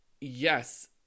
yes